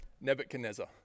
Nebuchadnezzar